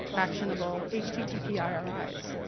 actionable http iri's.